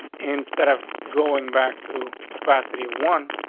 instead of going back to capacity one,